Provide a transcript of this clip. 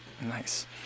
Nice